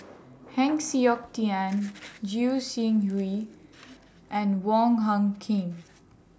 Heng Siok Tian Goi Seng Hui and Wong Hung Khim